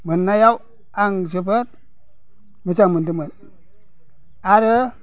मोननायाव आं जोबोद मोजां मोनदोंमोन आरो